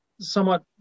somewhat